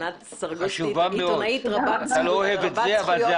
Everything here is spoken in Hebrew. ענת סרגוסטי עיתונאית רבת זכויות.